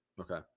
Okay